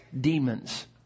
demons